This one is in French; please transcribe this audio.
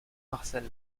marcel